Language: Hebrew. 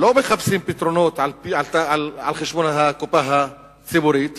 לא מחפשים פתרונות על חשבון הקופה הציבורית,